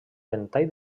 ventall